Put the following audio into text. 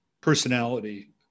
personality